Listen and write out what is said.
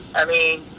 i mean,